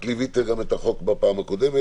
את ליווית גם את החוק בפעם הקודמת,